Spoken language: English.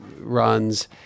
runs